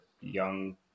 young